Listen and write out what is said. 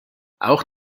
auch